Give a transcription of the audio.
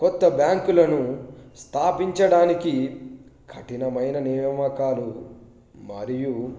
కొత్త బ్యాంకులను స్థాపించడానికి కఠినమైన నియమకాలు మరియు